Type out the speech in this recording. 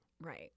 Right